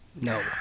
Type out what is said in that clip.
No